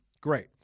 Great